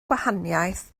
gwahaniaeth